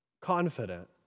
confident